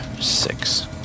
six